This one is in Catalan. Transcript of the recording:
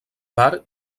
bar